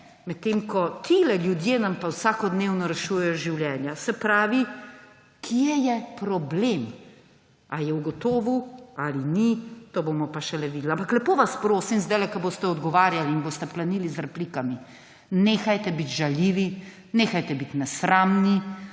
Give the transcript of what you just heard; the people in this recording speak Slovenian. medtem ko ti ljudje nam pa vsakodnevno rešujejo življenja. Se pravi, kje je problem? Ali je ugotovil ali ni, to bomo pa šele videli. Ampak lepo vas prosim, ko boste zdaj odgovarjali in boste planili z replikami, nehajte biti žaljivi, nehajte biti nesramni,